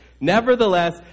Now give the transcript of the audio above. Nevertheless